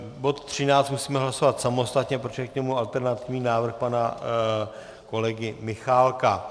Bod 13 musíme hlasovat samostatně, protože je k němu alternativní návrh pana kolegy Michálka.